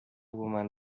woman